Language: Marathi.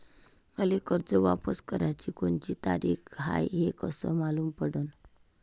मले कर्ज वापस कराची कोनची तारीख हाय हे कस मालूम पडनं?